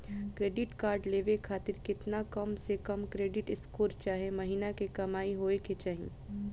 Credit card लेवे खातिर केतना कम से कम क्रेडिट स्कोर चाहे महीना के कमाई होए के चाही?